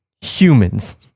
humans